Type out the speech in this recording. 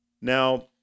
Now